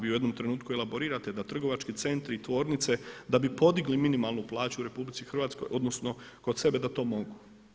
Vi u jednom trenutku elaborirate da trgovački centri i tvornice da bi podigli minimalnu plaću u RH odnosno kod sebe da to mogu.